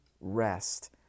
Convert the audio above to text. rest